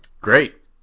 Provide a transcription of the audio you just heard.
Great